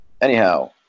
anyhow